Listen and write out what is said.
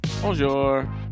Bonjour